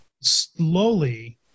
slowly